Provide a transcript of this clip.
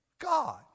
God